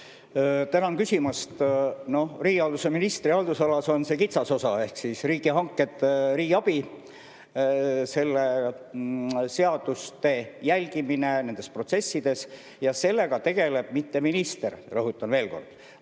Tänan küsimast! Riigihalduse ministri haldusalas on see kitsas osa ehk riigihanked, riigiabi, selle seaduste jälgimine nendes protsessides ja sellega ei tegele mitte minister, rõhutan veel kord,